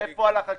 לאן הלך הכסף?